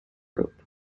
group